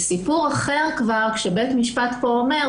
זה סיפור אחר כשבית משפט אומר,